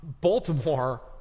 Baltimore